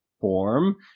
form